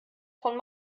von